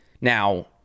Now